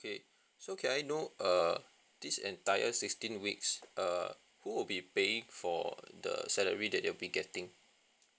okay so can I know err this entire sixteen weeks err who would be paying for the salary that they will be getting